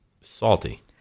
Salty